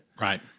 Right